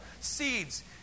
Seeds